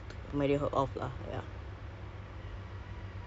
oh make okay lah make kind of makes sense because